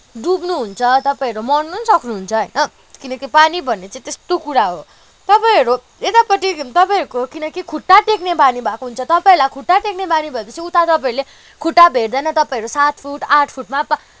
डुब्नु हुन्छ तपाईँहरू मर्न नि सक्नुहुन्छ होइन किनकि पानी भन्ने चाहिँ त्यस्तो कुरा हो तपाईँहरू यतापट्टि तपाईँहरूको किनकि खुट्टा टेक्ने बानी भएको हुन्छ तपाईँहरूलाई खुट्टा टेक्ने बानी भएपछि तपाईँहरूले खुट्टा भेट्दैन तपाईँहरू सात फुट आठ फुटमा